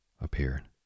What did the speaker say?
appeared